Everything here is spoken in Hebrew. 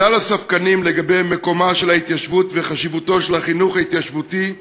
לכל הספקנים לגבי מקומה של ההתיישבות וחשיבותו של החינוך ההתיישבותי,